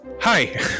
Hi